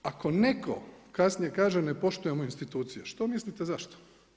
Ako netko kasnije kaže ne poštujemo institucije, što mislite zašto?